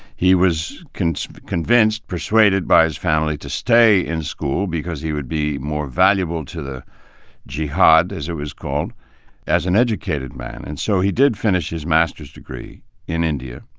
he was convinced, persuaded by his family, to stay in school because he would be more valuable to the jihad as it was called as an educated man. and so he did finish is master's degree in india,